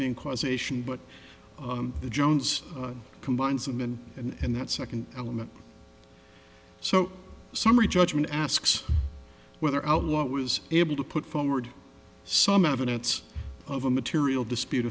being causation but the jones combines them in and that second element so summary judgment asks whether out what was able to put forward some evidence of a material dispute